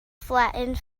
flattened